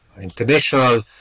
international